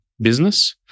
business